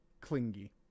clingy